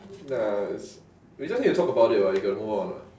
nah it's we just need to talk about it [what] we got to move on [what]